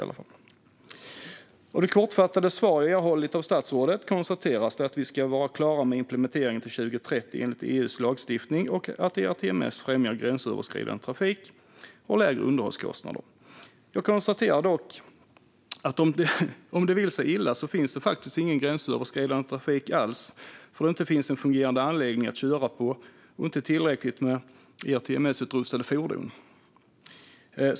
Av det kortfattade svar jag erhållit av statsrådet konstateras det att vi enligt EU:s lagstiftning ska vara klara med implementeringen till 2030 och att ERTMS främjar gränsöverskridande trafik och har lägre underhållskostnader. Jag konstaterar dock att om det vill sig illa finns det ingen gränsöverskridande trafik alls då det inte finns en fungerande anläggning att köra på och inte tillräckligt med ERTMS-utrustade fordon.